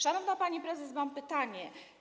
Szanowna pani prezes, mam pytanie.